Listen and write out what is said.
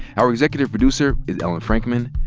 our executive producer is ellen frankman.